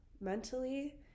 mentally